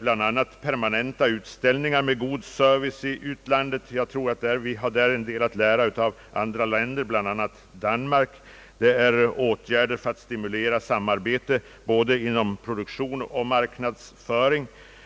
bl.a. permanenta utställningar med god service i utlandet. Jag tror att vi därvidlag har en del att lära av andra länder, bl.a. Danmark, Man kan vidtaga åtgärder för att stimulera samarbetet både i fråga om produktion och marknadsföring.